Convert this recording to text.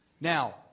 Now